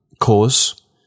cause